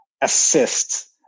assist